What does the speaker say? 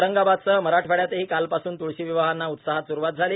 औरंगाबादसह मराठवाड्यातही कालपासून तुळशीविवाहांना उत्साहात सुरवात झाली